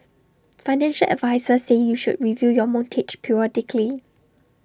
financial advisers say you should review your mortgage periodically